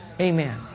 Amen